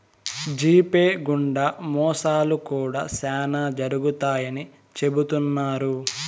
GPay గుండా మోసాలు కూడా శ్యానా జరుగుతాయని చెబుతున్నారు